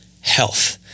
health